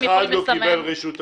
אף אחד לא קיבל רשות דיבור.